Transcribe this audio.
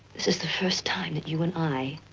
this is the first time that you and i,